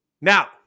now